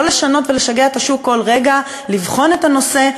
לא לשנות ולשגע את השוק כל רגע, לבחון את הנושא.